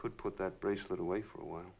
could put that bracelet away for a while